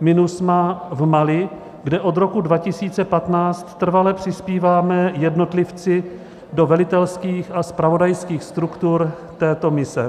MINUSMA v Mali, kde od roku 2015 trvale přispíváme jednotlivci do velitelských a zpravodajských struktur této mise.